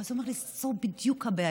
אז הוא אמר לי: זו בדיוק הבעיה.